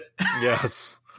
Yes